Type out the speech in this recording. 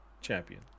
champion